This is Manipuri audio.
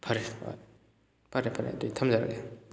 ꯐꯔꯦ ꯍꯣꯏ ꯐꯔꯦ ꯐꯔꯦ ꯑꯗꯨꯗꯤ ꯊꯝꯖꯔꯒꯦ